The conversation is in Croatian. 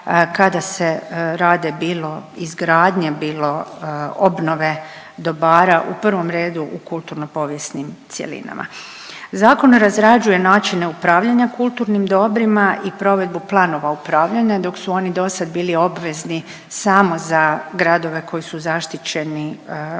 kada se rade bilo izgradnje, bilo obnove dobara, u prvom redu u kulturno povijesnim cjelinama. Zakon razrađuje načine upravljanja kulturnim dobrima i provedbu planova upravljanja, dok su oni dosad bili obvezni samo za gradove koji su zaštićeni u